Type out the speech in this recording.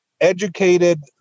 educated